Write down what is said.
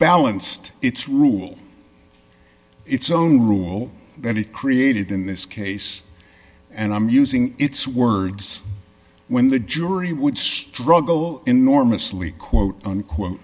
balanced its rule its own rule that it created in this case and i'm using its words when the jury would struggle enormously quote unquote